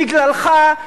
בגללך,